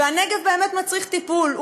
והנגב באמת מצריך טיפול.